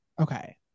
Okay